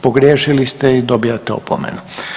Pogriješili ste i dobijate opomenu.